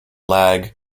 lag